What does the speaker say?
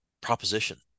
proposition